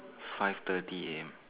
five thirty A_M